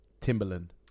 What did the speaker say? Timberland